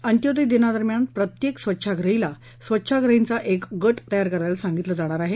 अंत्योदय दिनादरम्यान प्रत्येक स्वच्छाग्रहीला स्वच्छाग्रहींचा गट तयार करायला सांगितलं जाणार आहे